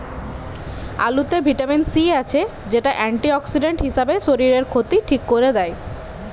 আলুতে vitamin C আছে, যেটা অ্যান্টিঅক্সিডেন্ট হিসাবে শরীরের ক্ষতি ঠিক কোরে দেয়